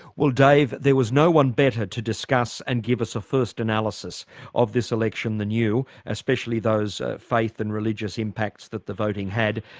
well dave there was no one better to discuss and give us a first analysis of this election than you, especially those faith and religious impacts that the voting had.